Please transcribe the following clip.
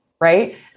right